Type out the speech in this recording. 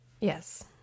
yes